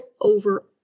over